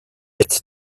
its